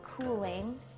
cooling